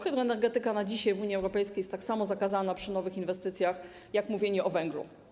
Hydroenergetyka na dzisiaj w Unii Europejskiej jest tak samo, na równi zakazana przy nowych inwestycjach jak mówienie o węglu.